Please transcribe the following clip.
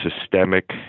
systemic